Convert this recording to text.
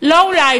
לא אולי.